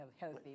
healthy